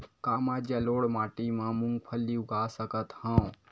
का मैं जलोढ़ माटी म मूंगफली उगा सकत हंव?